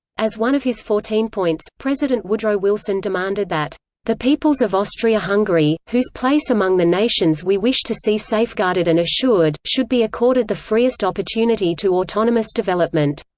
as one of his fourteen points, president woodrow wilson demanded that the peoples of austria-hungary, whose place among the nations we wish to see safeguarded and assured, should be accorded the freest opportunity to autonomous development.